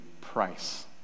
price